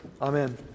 Amen